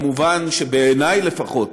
כמובן, בעיני, לפחות,